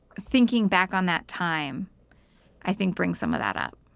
thinking back on that time i think brings some of that up.